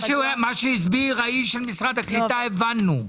מה שהסביר האיש של משרד הקליטה הבנו.